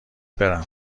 برم